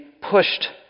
pushed